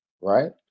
Right